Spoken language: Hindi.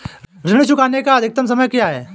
ऋण चुकाने का अधिकतम समय क्या है?